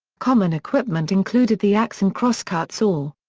common equipment included the axe and cross-cut saw.